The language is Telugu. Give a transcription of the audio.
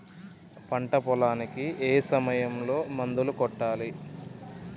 పంట పొలానికి ఏ సమయంలో మందులు కొట్టాలి?